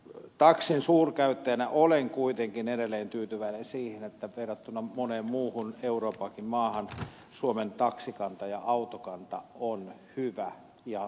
taksin suurkäyttäjänä olen kuitenkin edelleen tyytyväinen siihen että verrattuna moneen muuhun euroopankin maahan suomen taksikanta ja autokanta on hyvä ja turvallinen